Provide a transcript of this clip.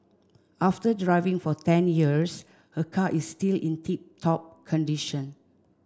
after driving for ten years her car is still in tip top condition